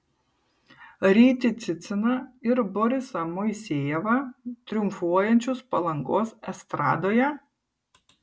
rytį ciciną ar borisą moisejevą triumfuojančius palangos estradoje